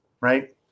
Right